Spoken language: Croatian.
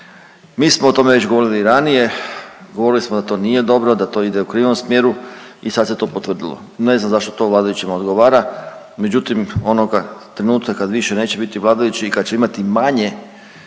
Mi smo o tome već govorili i ranije, govorili smo da to nije dobro, da to ide u krivom smjeru i sad se to potvrdilo. Ne znam zašto to vladajućima odgovara, međutim, onoga trenutka kad više neće biti vladajućih i kad će imati manje